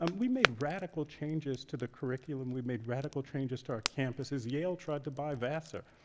um we made radical changes to the curriculum. we made radical changes to our campuses. yale tried to buy vassar.